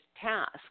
task